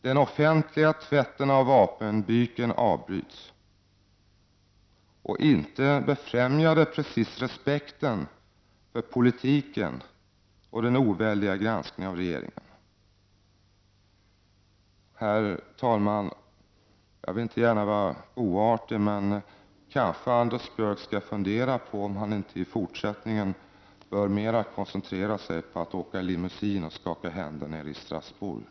Den offentliga tvätten av vapenbyken avbryts. Inte befrämjar det precis respekten för politiken och den oväldiga granskningen av regeringen. Herr talman! Jag vill inte vara oartig, men jag vill ändå säga att Anders Björck kanske skall fundera på om han inte i fortsättningen bör mera koncentrera sig på att åka limousine och skaka händer nere i Strasbourg.